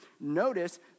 notice